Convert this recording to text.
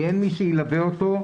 כי אין מי שילווה אותו,